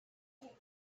seven